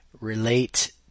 relate